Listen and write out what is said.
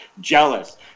jealous